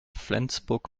flensburg